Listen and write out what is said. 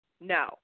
No